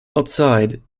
outside